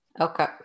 Okay